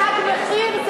אם זה לא "תג מחיר",